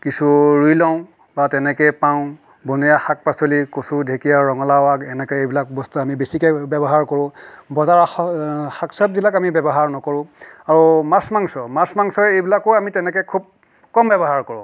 কিছু ৰুই লওঁ বা তেনেকৈয়ে পাওঁ বনৰীয়া শাক পাচলি কচু ঢেঁকীয়া আৰু ৰঙালাও আগ এনেকৈয়ে এইবিলাক বস্তু আমি বেছিকৈয়ে ব্যৱহাৰ কৰোঁ বজাৰৰ শাক চাক যিবিলাক আমি ব্যৱহাৰ নকৰোঁ আৰু মাছ মাংস মাছ মাংস এইবিলাকো আমি তেনেকৈয়ে খুব কম ব্যৱহাৰ কৰোঁ